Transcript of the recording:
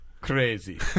Crazy